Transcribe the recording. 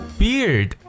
beard